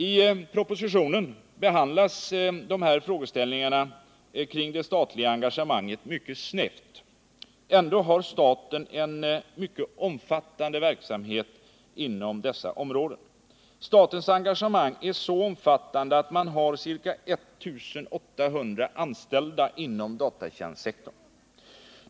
I propositionen behandlas de här frågeställningarna kring det statliga engagemanget mycket snävt. Ändå har staten en mycket omfattande verksamhet inom dessa områden. Statens engagemang är så omfattande att man har ca 1 800 anställda inom datatjänstsektorn.